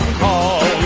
call